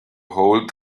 hold